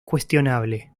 cuestionable